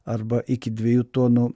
arba iki dviejų tonų